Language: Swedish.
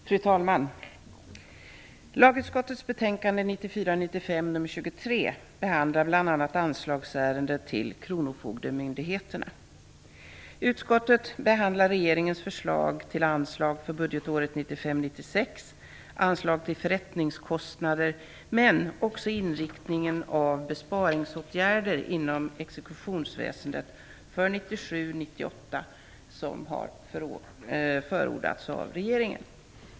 Fru talman! Lagutskottets betänkande 1994 96 och anslag till förrättningskostnader men också inriktningen av besparingsåtgärder inom exekutionsväsendet för 1997/98, vilka har förordats av regeringen.